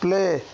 play